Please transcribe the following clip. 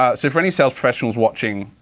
ah so for any sales professionals watching,